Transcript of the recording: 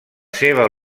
seva